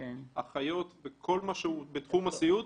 לאחיות וכל מה שהוא בתחום הסיעוד.